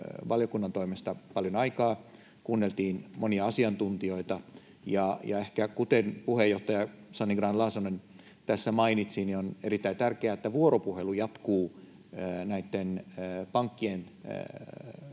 valiokunnan toimesta paljon aikaa, kuunneltiin monia asiantuntijoita, ja kuten puheenjohtaja Sanni Grahn-Laasonen tässä mainitsi, niin on erittäin tärkeää, että vuoropuhelu jatkuu pankkien,